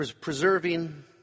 preserving